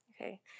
okay